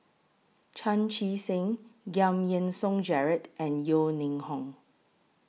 Chan Chee Seng Giam Yean Song Gerald and Yeo Ning Hong